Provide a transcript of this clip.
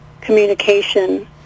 communication